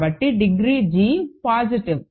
కాబట్టి degree g positive